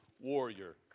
warrior